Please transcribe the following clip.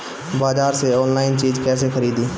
बाजार से आनलाइन चीज कैसे खरीदी?